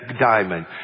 diamond